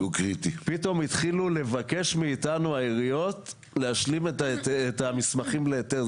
פתאום התחילו לבקש מאיתנו העיריות להשלים את המסמכים להיתר.